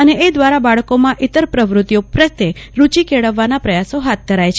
અને એ દ્વારા બાળકો માં ઈતર પ્રવુતિ ઓ પ્રત્યે રુચી કેળવવા નાં પ્રયાસો ફાથ ધરાયા છે